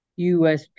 USP